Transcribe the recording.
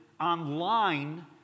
online